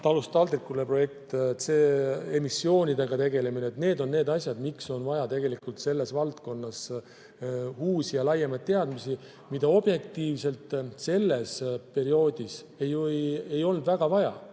"Talust taldrikule" projekt, emissioonidega tegelemine. Need on [põhjused], miks on vaja tegelikult selles valdkonnas uusi ja laiemaid teadmisi, mida objektiivselt varasemas perioodis ei olnud väga vaja.